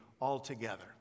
altogether